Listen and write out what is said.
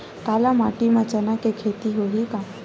काली माटी म चना के खेती होही का?